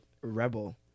Rebel